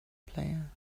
player